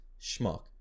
schmuck